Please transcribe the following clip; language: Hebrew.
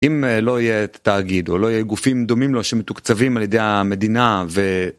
אם לא יהיה תאגיד, או לא יהיה גופים דומים לו שמתוקצבים על ידי המדינה, ו...